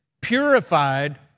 purified